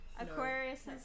Aquarius